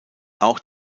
auch